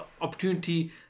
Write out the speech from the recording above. opportunity